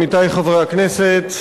עמיתי חברי הכנסת,